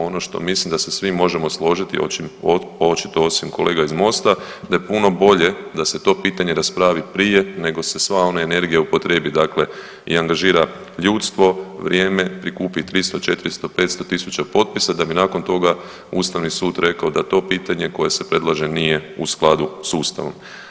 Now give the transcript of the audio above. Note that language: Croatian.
Ono što mislim da se svi možemo složiti očito osim kolega iz Mosta da je puno bolje da se to pitanje raspravi prije nego se sva ona energija upotrijebi dakle i angažira ljudstvo, vrijeme, prikupi 300, 400, 500 tisuća potpisa da bi nakon toga Ustavni sud rekao da to pitanje koje se predlaže nije u skladu s Ustavom.